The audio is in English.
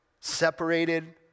separated